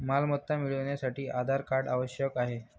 मालमत्ता मिळवण्यासाठी आधार कार्ड आवश्यक आहे